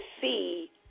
see